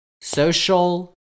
social